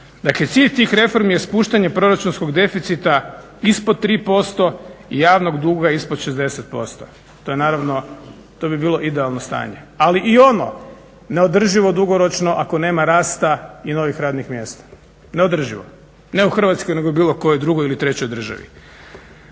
cilj tih reformi je spuštanje proračunskog deficita ispod 3% i javnog duga ispod 60%. To je naravno, to bi bilo idealno stanje, ali je i ono neodrživo dugoročno ako nema rasta i novih radnih mjesta, neodrživo. Ne u Hrvatskoj nego u bilo kojoj drugoj ili trećoj državi.